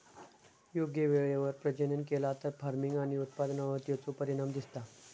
योग्य वेळेवर प्रजनन केला तर फार्मिग आणि उत्पादनावर तेचो परिणाम दिसता